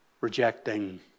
Rejecting